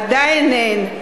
עדיין אין.